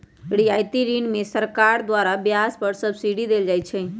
रियायती ऋण में सरकार द्वारा ब्याज पर सब्सिडी देल जाइ छइ